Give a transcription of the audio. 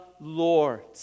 Lord